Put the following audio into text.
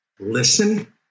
listen